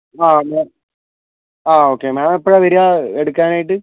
ആ മാം ആ okay ma'am എപ്പോഴാണ് വരിക എടുക്കാനായിട്ട്